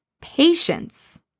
patience